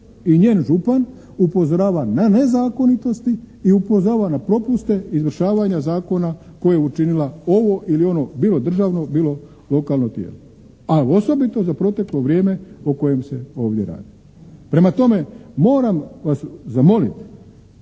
i njen župan upozorava na nezakonitosti i upozorava na propuste izvršavanja zakona koje je učinila ovo ili ono bilo državno, bilo lokalno tijelo, a osobito za proteklo vrijeme u kojem se ovdje radi. Prema tome moram vas zamolit